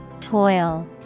Toil